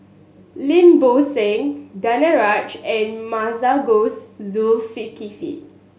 Lim Bo Seng Danaraj and Masagos Zulkifli